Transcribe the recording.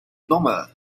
nómada